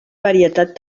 varietat